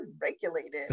regulated